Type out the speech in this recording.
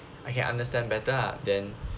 I can understand better ah then